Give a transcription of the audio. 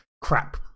crap